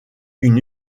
une